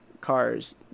cars